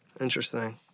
Interesting